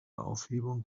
aufhebung